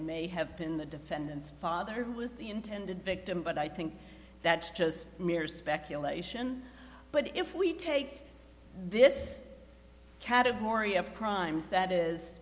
may have been the defendant's father who was the intended victim but i think that's just mere speculation but if we take this category of crimes that is